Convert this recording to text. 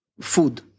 food